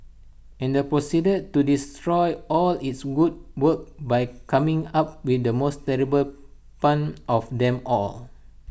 and proceeded to destroy all its good work by coming up with the most terrible pun of them all